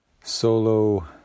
solo